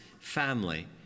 family